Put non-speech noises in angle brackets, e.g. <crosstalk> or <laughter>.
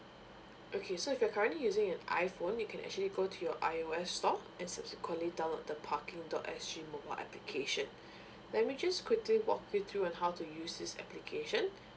okay so if you're currently using an iphone you can actually go to your iOS store and subsequently download the parking dot S G mobile application <breath> let me just quickly walk you through on how to use this application